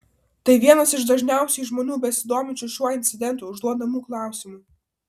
tai vienas iš dažniausiai žmonių besidominčiu šiuo incidentu užduodamų klausimų